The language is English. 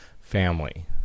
family